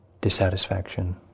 dissatisfaction